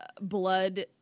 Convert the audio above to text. blood